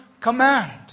command